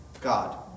God